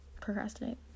procrastinate